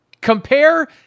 Compare